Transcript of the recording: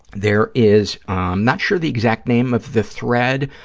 there is, i'm not sure the exact name of the thread,